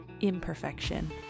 imperfection